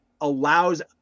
allows